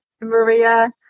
Maria